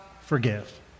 forgive